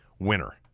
Winner